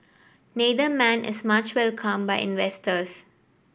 neither man is much welcomed by investors